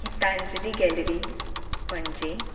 Gitanjali gallery Panaji